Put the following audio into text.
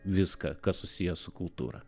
viską kas susiję su kultūra